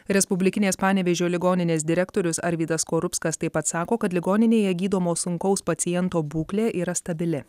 respublikinės panevėžio ligoninės direktorius arvydas skorupskas taip pat sako kad ligoninėje gydomo sunkaus paciento būklė yra stabili